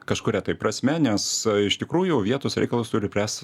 kažkuria prasme nes iš tikrųjų vietos reikalus turi pręst